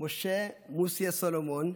משה מוסיה סולומון,